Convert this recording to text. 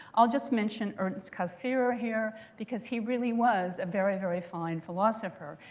i'll just mention ernst cassirer here, because he really was a very, very fine philosopher.